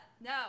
no